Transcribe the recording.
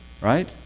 right